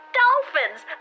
dolphins